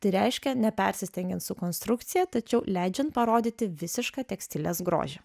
tai reiškia nepersistengiant su konstrukcija tačiau leidžiant parodyti visišką tekstilės grožį